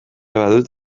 badut